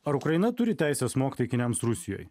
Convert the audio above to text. ar ukraina turi teisę smogt taikiniams rusijoje